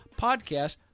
podcast